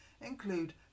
include